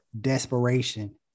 desperation